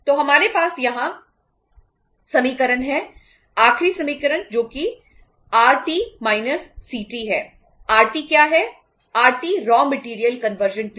तो हमारे पास यहाँ समीकरण है आखिरी समीकरण जो कि आर टी